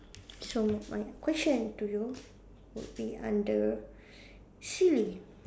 so my question to you would be under silly